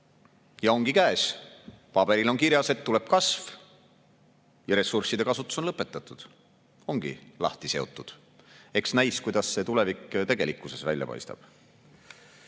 Ja ongi käes. Paberil on kirjas, et tuleb kasv ja ressursside kasutus on lõpetatud. Ongi lahti seotud. Eks näis, kuidas see tulevik tegelikkuses välja paistab.